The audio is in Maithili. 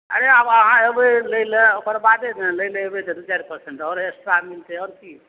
अरे आब आहाँ अयबै लै लए ओकर बादे ने लै लए एबै तऽ दू चारि परसेंट एस्ट्रा हेतै आओर की हेतै